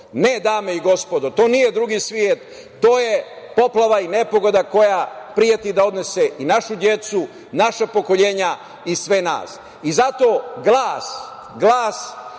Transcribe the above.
Ne, dame i gospodo, to nije drugi svet, to je poplava i nepogoda koja preti da odnese i našu decu, naša pokoljenja i sve nas. Zato glas kulture